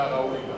זה הראוי לה.